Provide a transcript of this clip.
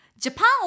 Japan